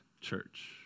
church